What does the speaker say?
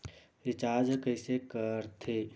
Recharge कइसे कर थे?